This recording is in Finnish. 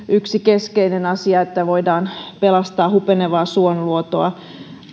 yksi keskeinen asia että voidaan pelastaa hupenevaa suoluontoa